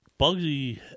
Bugsy